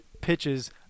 pitches –